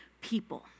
people